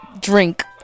drink